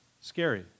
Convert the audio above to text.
scary